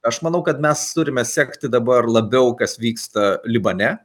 aš manau kad mes turime sekti dabar labiau kas vyksta libane